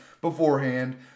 beforehand